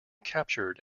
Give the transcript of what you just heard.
captured